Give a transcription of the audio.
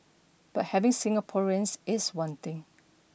but having Singaporeans is one thing